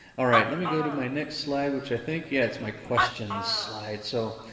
all right let me go to my next slide which i think, yeah it's my questions slide. so